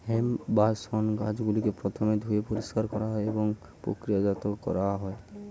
hemp বা শণ গাছগুলিকে প্রথমে ধুয়ে পরিষ্কার করা হয় এবং প্রক্রিয়াজাত করা হয়